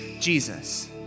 Jesus